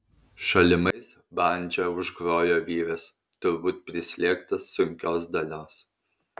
šalimais bandža užgrojo vyras turbūt prislėgtas sunkios dalios